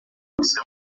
aho